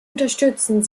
unterstützen